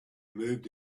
moved